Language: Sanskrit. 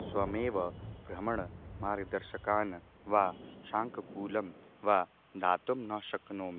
स्वयमेव भ्रमणमार्गदर्शकान् वा शाङ्ककूलं वा दातुं न शक्नोमि